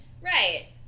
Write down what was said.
Right